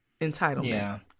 entitlement